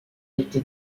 été